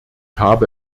habe